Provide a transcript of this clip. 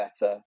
better